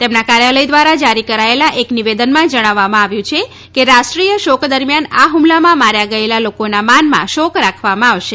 તેમના કાર્યાલય દ્વારા જારી કરાયેલા એક નિવેદનમાં જણાવવામાં આવ્યું છે કે રાષ્ટ્રીય શોક દરમિયાન આ હ્મલામાં માર્યા ગયેલા લોકોના માનમાં શોક રાખવામાં આવશે